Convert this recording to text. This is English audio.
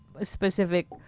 specific